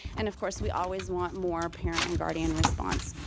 and of course, we always want more parent and guardian response.